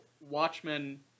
Watchmen